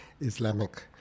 Islamic